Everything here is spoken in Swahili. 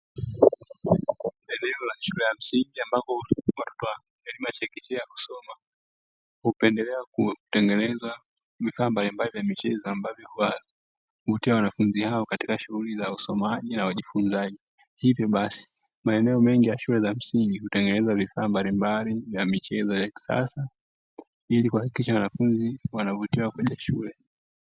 Eneo la shule ya msingi ambapo elimu ya kusoma kupendelea kutengeneza mikamba mbalimbali za michezo, ambavyo wanafunzi hao katika shughuli za usomaji na wajifunze hivyo basi maeneo mengi ya shule za msingi kutengeneza vifaa mbalimbali vya michezo ya kisasa, ili kuhakikisha wanafunzi wanavutiwa kwenye shule.